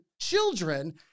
children